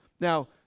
Now